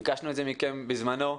ביקשנו את זה מכם בזמנו.